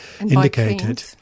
indicated